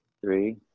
three